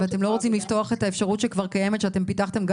אבל אתם לא רוצים לפתוח את האפשרות שכבר קיימת שאתם פיתחתם,